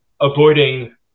avoiding